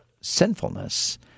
sinfulness